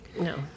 No